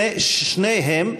שניהם,